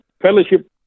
fellowship